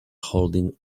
holding